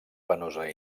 penosa